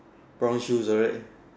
brown shoes alright